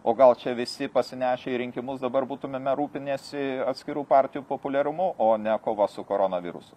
o gal čia visi pasinešę į rinkimus dabar būtumėme rūpinęsi atskirų partijų populiarumu o ne kova su koronavirusu